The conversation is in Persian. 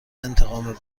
انتقام